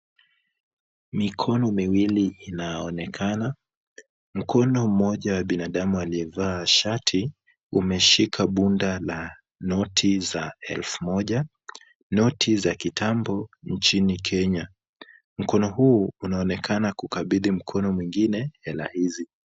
Mikono miwili inaonekana. Mkono mmoja wa binadamu aliyevaa shati, umeshika bunda la noti za elfu moja, noti za kitambo nchini Kenya. Mkono huu unaonekana kuukabidhi mkono mwingine hela hizi.